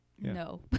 no